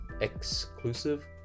Exclusive